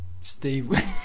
Steve